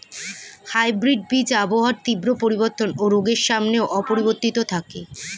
hybrid বীজ আবহাওয়ার তীব্র পরিবর্তন ও রোগের সামনেও অপরিবর্তিত থাকে